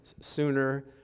Sooner